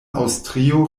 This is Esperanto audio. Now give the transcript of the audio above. aŭstrio